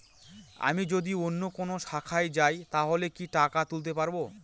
আমি যদি অন্য কোনো শাখায় যাই তাহলে কি টাকা তুলতে পারব?